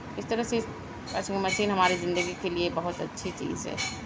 اس طرح سے washing machine ہمارے زندگی کے لئے بہت اچھی چیز ہے